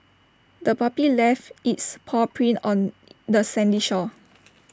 the puppy left its paw prints on the sandy shore